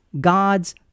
God's